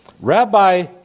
Rabbi